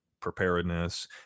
preparedness